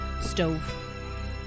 stove